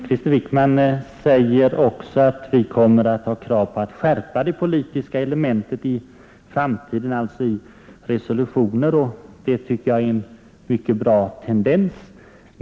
Krister Wickman säger att Sverige i resolutioner kommer att framställa krav på en skärpning av det politiska elementet i framtiden, vilket jag tycker är en bra tendens.